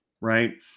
right